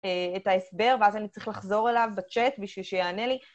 את ההסבר, ואז אני צריכה לחזור אליו בצ'אט בשביל שיענה לי.